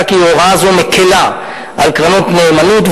מצאה כי הוראה זו מקלה על קרנות נאמנות,